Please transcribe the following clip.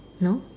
no